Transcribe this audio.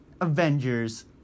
Avengers